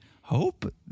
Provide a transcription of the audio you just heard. hope